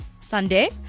Sunday